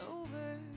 over